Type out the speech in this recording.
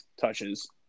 touches